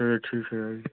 चलिए ठीक है आइए